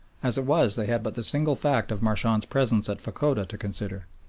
as it was they had but the single fact of marchand's presence at fachoda to consider,